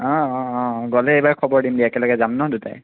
অ অ অ গ'লে এইবাৰ খবৰ দিম দিয়া একেলগে যাম ন' দুয়োটাই